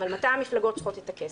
אבל מתי המפלגות צריכות את הכסף?